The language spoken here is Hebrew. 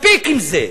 מספיק עם זה,